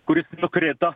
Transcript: kuris nukrito